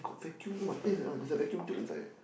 oh vacuum what eh there's a vacuum tube inside leh